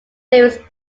louis